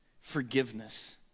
Forgiveness